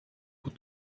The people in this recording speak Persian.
بود